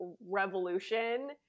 revolution